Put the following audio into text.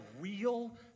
real